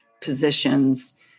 positions